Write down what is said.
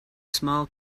small